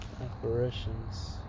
apparitions